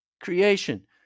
creation